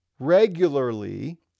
regularly